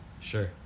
Sure